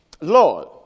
Lord